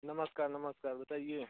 नमस्कार नमस्कार बताइए